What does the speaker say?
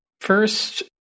first